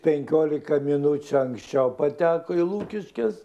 penkiolika minučių anksčiau pateko į lukiškes